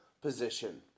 position